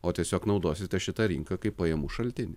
o tiesiog naudosite šitą rinką kaip pajamų šaltinį